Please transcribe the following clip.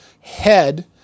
head